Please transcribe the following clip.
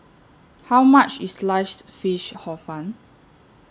How much IS Sliced Fish Hor Fun